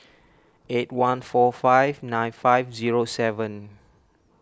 eight one four five nine five zero seven